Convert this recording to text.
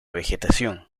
vegetación